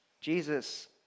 Jesus